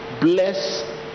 bless